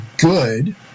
good